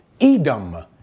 Edom